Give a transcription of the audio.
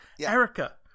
Erica